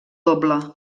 doble